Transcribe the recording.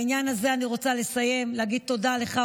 בעניין הזה אני רוצה לסיים ולהגיד תודה לך,